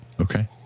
Okay